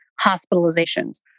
hospitalizations